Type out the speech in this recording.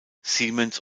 siemens